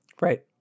Right